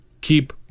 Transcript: keep